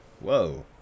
whoa